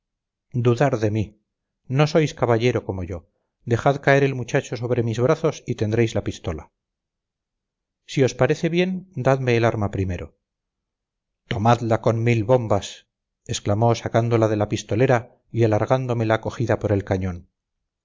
dudar de mí no sois caballero como yo dejad caer el muchacho sobre mis brazos y tendréis la pistola si os parece bien dadme el arma primero tomadla con mil bombas exclamó sacándola de la pistolera y alargándomela cogida por el cañón